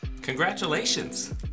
Congratulations